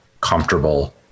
comfortable